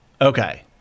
Okay